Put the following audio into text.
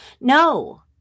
No